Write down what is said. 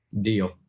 deal